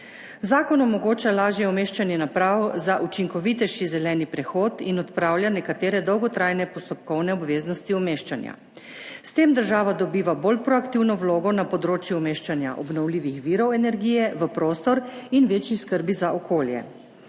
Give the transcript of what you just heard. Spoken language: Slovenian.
Zakon omogoča lažje umeščanje naprav za učinkovitejši zeleni prehod in odpravlja nekatere dolgotrajne postopkovne obveznosti umeščanja. S tem država dobiva bolj proaktivno vlogo na področju umeščanja obnovljivih virov energije v prostor in večji skrbi za okolje.